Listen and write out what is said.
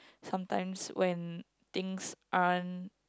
sometimes when things aren't